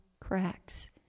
cracks